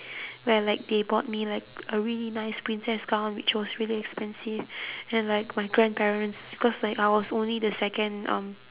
where like they bought me like a really nice princess gown which was really expensive and like my grandparents because like I was only the second um